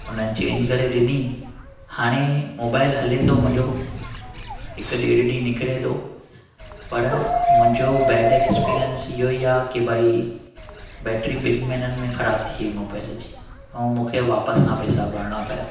हुन चेंज करे ॾिनी हाणे मोबाइल हले थो मुंहिंजो हिकु ॾेढु ॾींहुं निकिरे थो पर मुंहिंजो बैड एक्सपीरियंस इहो ई आहे की भई बैटरी ॿिनि महिननि में ख़राब थी वई मोबाइल जी ऐं मूंखे वापसि खां पैसा भरिणा पिया